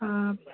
हाँ